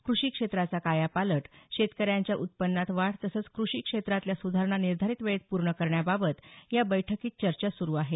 क्रषीक्षेत्राचा कायापालट शेतकऱ्यांच्या उत्पन्नात वाढ तसंच क्रषीक्षेत्रातल्या सुधारणा निर्धारित वेळेत पूर्ण करण्याबाबत या बैठकीत चर्चा सुरु आहे